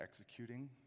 executing